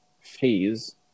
phase